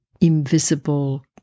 invisible